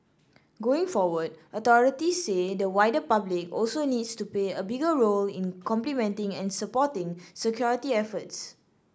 going forward authorities say the wider public also needs to play a bigger role in complementing and supporting security efforts